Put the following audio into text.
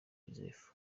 joseph